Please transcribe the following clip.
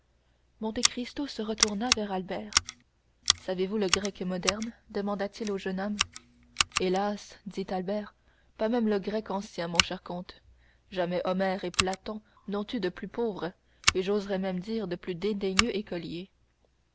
parle monte cristo se retourna vers albert savez-vous le grec moderne demanda-t-il au jeune homme hélas dit albert pas même le grec ancien mon cher comte jamais homère et platon n'ont eu de plus pauvre et j'oserai même dire de plus dédaigneux écolier